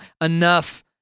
enough